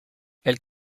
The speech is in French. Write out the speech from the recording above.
elle